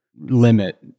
limit